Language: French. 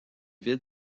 ville